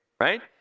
Right